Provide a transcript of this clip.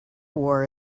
war